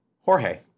Jorge